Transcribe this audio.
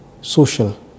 social